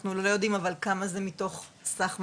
אבל לא יודעים כמה זה מתוך סך הכול.